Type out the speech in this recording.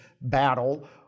battle